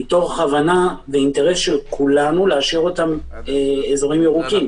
מתוך הבנה ואינטרס של כולנו לאשר אותן כאזורים ירוקים.